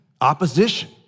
Opposition